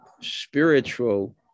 spiritual